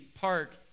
park